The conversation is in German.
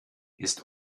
ist